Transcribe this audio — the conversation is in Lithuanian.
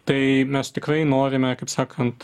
tai mes tikrai norime kaip sakant